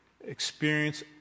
experience